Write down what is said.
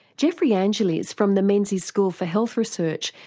geoffrey angeles from the menzies school for health research,